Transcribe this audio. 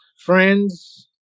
friends